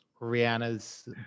Rihanna's